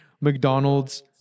McDonald's